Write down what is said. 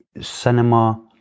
cinema